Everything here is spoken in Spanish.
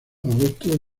agosto